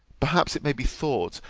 perhaps it may be thought,